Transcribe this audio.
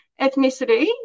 ethnicity